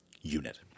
unit